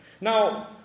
Now